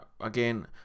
again